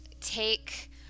take